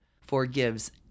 forgives